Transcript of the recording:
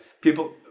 People